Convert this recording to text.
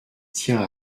tient